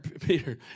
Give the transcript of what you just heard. Peter